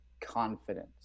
confidence